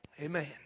Amen